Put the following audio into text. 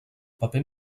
paper